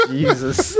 Jesus